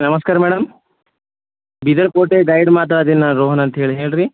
ನಮಸ್ಕಾರ madam Bidarakote guide ಮಾತಾಡ್ತಿನಿ ನಾನು ರೋಹನ್ ಅಂತ್ ಹೇಳಿ ಹೇಳಿ ರೀ